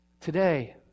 today